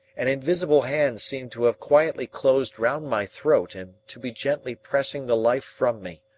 an invisible hand seemed to have quietly closed round my throat and to be gently pressing the life from me.